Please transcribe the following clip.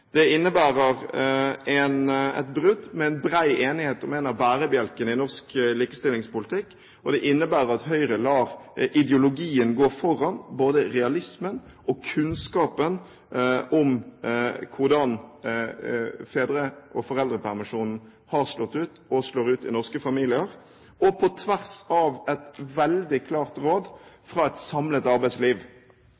Det innebærer et brudd med en bred enighet om en av bærebjelkene i norsk likestillingspolitikk, og det innebærer at Høyre lar ideologien gå foran både realismen og kunnskapen om hvordan fedre og foreldrepermisjonen har slått ut og slår ut i norske familier, og på tvers av et veldig klart råd